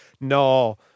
No